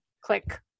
click